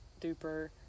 duper